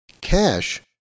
Cash